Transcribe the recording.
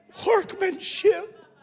workmanship